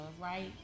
right